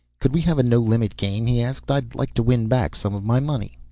could we have a no-limit game? he asked, i'd like to win back some of my money.